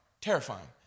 terrifying